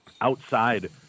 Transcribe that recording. outside